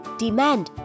demand